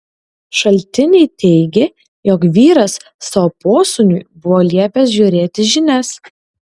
šaltiniai teigė jog vyras savo posūniui buvo liepęs žiūrėti žinias